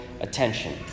attention